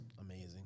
amazing